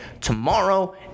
tomorrow